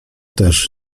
też